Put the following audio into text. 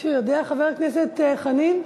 מישהו יודע, חבר הכנסת חנין?